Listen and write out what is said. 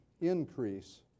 increase